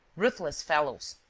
ruthless fellows,